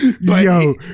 Yo